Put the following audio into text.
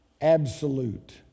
absolute